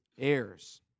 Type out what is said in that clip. heirs